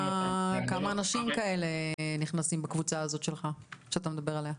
אותם --- כמה אנשים נכנסים בקבוצה הזאת שאתה מדבר עליה?